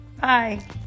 Bye